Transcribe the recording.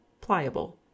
pliable